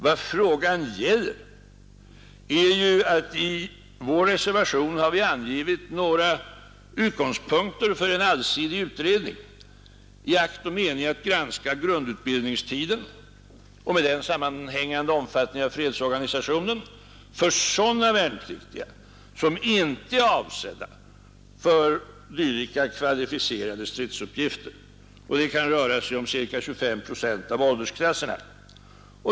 Vad frågan gäller är att vi i vår reservation angivit några utgångspunkter för en allsidig utredning i akt och mening att granska grundutbildningstiden och med den sammanhängande omfattning av fredsorganisationen för sådana värnpliktiga, som inte är avsedda för dylika kvalificerade stridsuppgifter — det kan röra sig om ca 25 procent av åldersklasserna.